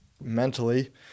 mentally